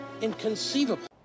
Inconceivable